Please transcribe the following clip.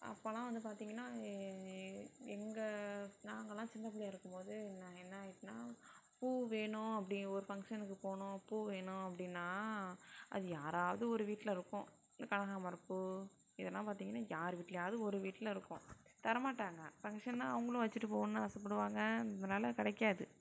அப்போலாம் வந்து பார்த்திங்கன்னா எங்கே நாங்களாம் சின்னப் புள்ளையாக இருக்கும்போது நான் என்ன ஆயிட்டுனால் பூ வேணும் அப்படி ஒரு ஃபங்ஷனுக்கு போகணும் பூ வேணும் அப்படினா அது யாராவது ஒரு வீட்டில் இருக்கும் இந்த கனகாமரப் பூ இதெலாம் பார்த்திங்கன்னா யார் வீட்லையாவது ஒரு வீட்டில் இருக்கும் தரமாட்டாங்க ஃபங்ஷன்னால் அவங்களும் வச்சுட்டு போகணுன்னு ஆசைப்படுவாங்க அதனால கிடைக்காது